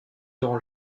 durant